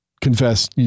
confess